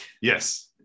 Yes